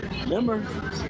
remember